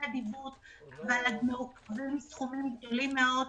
אדיבות בסכומים גדולים מאוד,